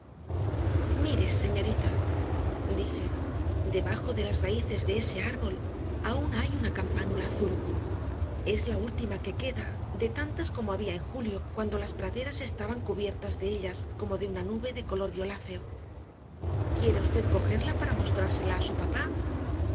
mire señorita dije debajo de las raíces de ese árbol hay aún una campánula azul es la última que queda de tantas como había en julio cuando las praderas estaban cubiertas de ellas como de una nube de color violáceo quiere usted cogerla para mostrársela a su papá